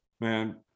Man